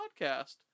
podcast